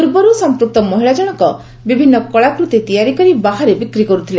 ପୂର୍ବରୁ ସମ୍ପୁକ୍ତ ମହିଳା ଜଣକ ବିଭିନ୍ନ କଳାକୃତି ତିଆରି କରି ବାହାରେ ବିକ୍ରି କରୁଥିଲେ